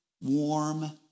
warm